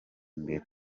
imbere